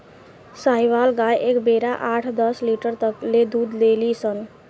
साहीवाल गाय एक बेरा आठ दस लीटर तक ले दूध देली सन